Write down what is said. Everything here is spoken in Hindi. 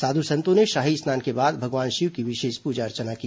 साध् संतों ने शाही स्नान के बाद भगवान शिव की विशेष पूजा अर्चना की